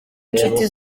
inshuti